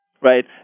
Right